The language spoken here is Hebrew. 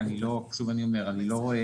לא רוצים להטריד את הוועדה על כל...